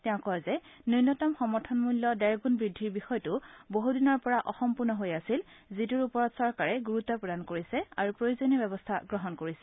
তেওঁ কয় যে নূন্যতম সমৰ্থন মূল্যৰ ডেৰ গুণ বৃদ্ধিৰ বিষয়টো বহুদিনৰ পৰা অসম্পূৰ্ণ হৈ আছিল যিটোৰ ওপৰত চৰকাৰে গুৰুত্ব প্ৰদান কৰিছে আৰু প্ৰয়োজনীয় ব্যৱস্থা গ্ৰহণ কৰিছে